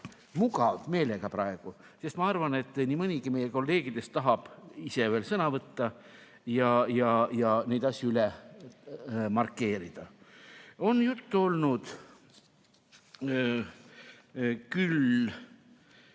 praegu meelega mugav, sest ma arvan, et nii mõnigi meie kolleegidest tahab ise veel sõna võtta ja neid asju markeerida. On olnud